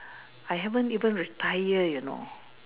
I haven't even retire you know